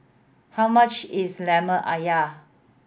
how much is Lemper Ayam